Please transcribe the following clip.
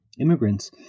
immigrants